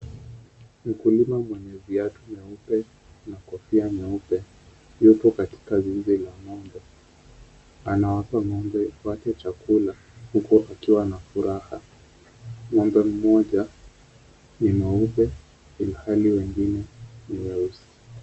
Mkulima mwenye viatu nyeupe na kofia nyeupe yupo katika zizi la ng'ombe. Anawapa ng'ombe wake chakula huku akiwa na furaha. Ng'ombe mmoja ni mweupe ilhali wengine ni weusi.